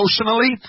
emotionally